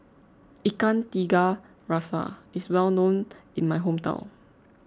Ikan Tiga Rasa is well known in my hometown